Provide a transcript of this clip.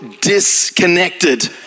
disconnected